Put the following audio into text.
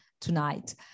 tonight